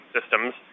systems